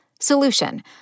Solution